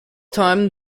time